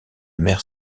mère